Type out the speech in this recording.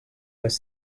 was